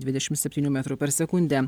dvidešimt septynių metrų per sekundę